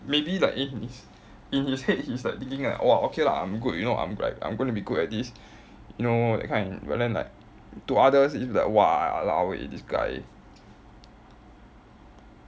maybe like in his in his head he's like thinking like !wah! okay lah I'm good you know I'm like I'm gonna be good at this you know that kind but then like to others it's like !walao! eh this guy